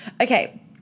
okay